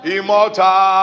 Immortal